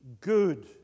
good